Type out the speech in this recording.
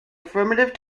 affirmative